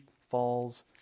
falls